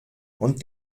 und